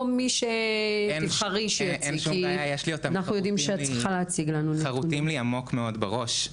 אין בעיה, הנתונים חרוטים לי עמוק בראש.